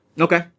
Okay